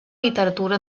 literatura